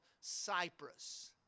Cyprus